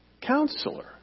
counselor